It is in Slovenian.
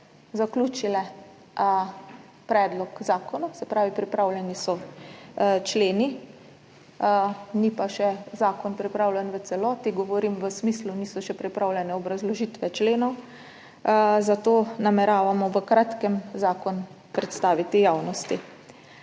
zaključile predlog zakona, se pravi, pripravljeni so členi, ni pa še pripravljen zakon v celoti, govorim v smislu tega, da še niso pripravljene obrazložitve členov, zato nameravamo v kratkem zakon predstaviti javnosti.